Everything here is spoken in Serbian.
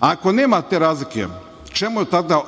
Ako nema te razlike čemu